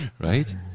right